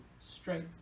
straight